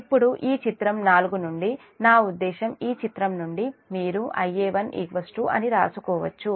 ఇప్పుడు ఈ చిత్రం నాలుగు నుండి నా ఉద్దేశం ఈ చిత్రం నుండి మీరు Ia1 అని రాసుకోవచ్చు